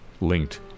linked